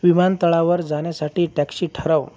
विमानतळावर जाण्यासाठी टॅक्शी ठरव